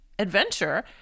Adventure